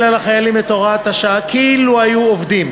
על החיילים את הוראת השעה כאילו היו עובדים,